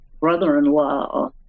brother-in-law